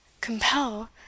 Compel